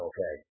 Okay